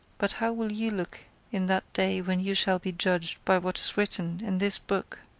but how will you look in that day when you shall be judged by what is written in this book?